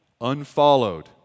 unfollowed